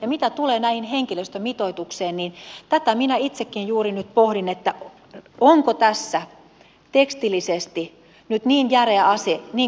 mitä tulee näihin henkilöstömitoituksiin niin tätä minä itsekin juuri nyt pohdin onko tässä tekstillisesti nyt niin järeä ase